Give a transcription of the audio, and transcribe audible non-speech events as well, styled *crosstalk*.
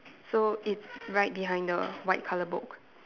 so it's *noise* right behind the white colour book